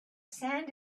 sand